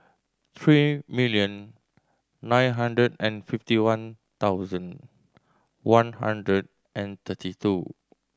three million nine hundred and fifty one thousand one hundred and thirty two